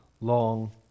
long